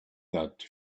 that